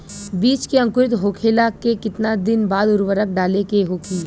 बिज के अंकुरित होखेला के कितना दिन बाद उर्वरक डाले के होखि?